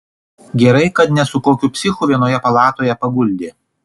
gerai kad ne su kokiu psichu vienoje palatoje paguldė